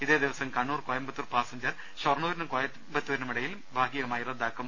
ഇതേദിവസം Kannur Coimbatore passenger ഷൊർണൂരിനും കോയമ്പത്തൂരിനുമിടയിലും ഭാഗിക മായി റദ്ദാക്കും